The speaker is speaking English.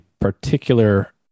particular